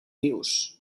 vius